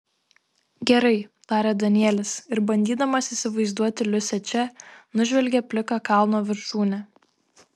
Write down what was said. gerai tarė danielis ir bandydamas įsivaizduoti liusę čia nužvelgė pliką kalno viršūnę